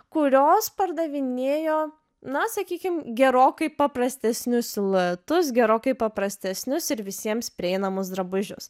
kurios pardavinėjo na sakykime gerokai paprastesnius siluetus gerokai paprastesnius ir visiems prieinamus drabužius